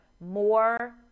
more